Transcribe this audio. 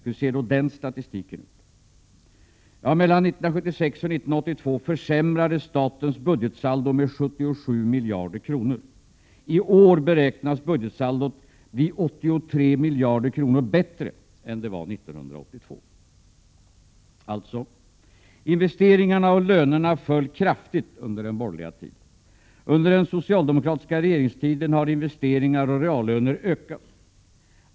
Hur ser då den statistiken ut? Mellan 1976 och 1982 försämrades statens budgetsaldo med 77 miljarder kronor. I år beräknas budgetsaldot bli 83 miljarder kronor bättre än det var 1982. Alltså: Investeringarna och lönerna föll kraftigt under den borgerliga tiden. Under den socialdemokratiska regeringstiden har investeringar och reallöner ökat.